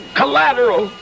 collateral